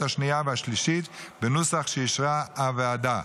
השנייה והשלישית בנוסח שאישרה הוועדה.